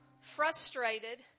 frustrated